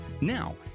Now